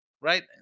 right